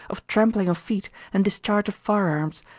of trampling of feet and discharge of firearms,